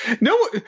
No